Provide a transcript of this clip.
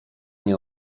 nie